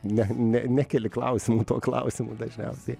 ne ne nekeli klausimų tuo klausimu dažniausiai